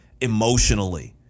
emotionally